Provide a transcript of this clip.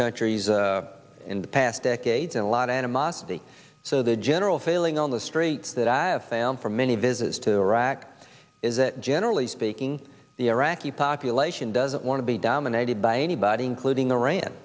countries in the past decades and a lot of animosity so the general feeling on the streets that i have found for many visitors to iraq is that generally speaking the iraqi population doesn't want to be dominated by anybody including iran